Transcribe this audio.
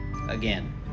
Again